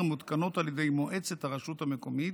מותקנות על ידי מועצת הרשות המקומית,